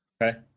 Okay